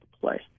play